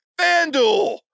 FanDuel